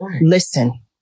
listen